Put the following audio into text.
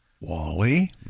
Wally